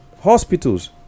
hospitals